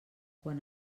quan